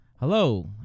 Hello